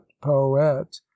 poet